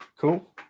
Cool